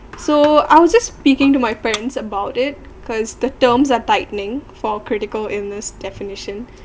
so I was just speaking to my parents about it because the terms are tightening for critical illness definition